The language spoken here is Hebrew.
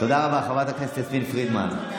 תודה רבה לחברת הכנסת יסמין פרידמן.